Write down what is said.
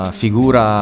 figura